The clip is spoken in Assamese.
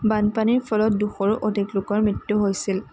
বানপানীৰ ফলত দুশৰো অধিক লোকৰ মৃত্যু হৈছিল